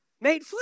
made